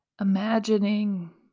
imagining